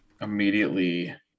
immediately